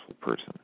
person